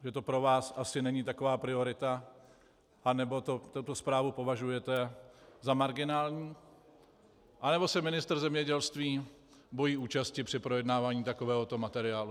Že to pro vás není asi taková priorita, anebo tuto zprávu považujete za marginální, anebo se ministr zemědělství bojí účasti při projednávání takovéhoto materiálu.